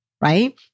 right